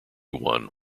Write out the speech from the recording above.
won